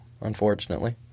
unfortunately